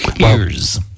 Ears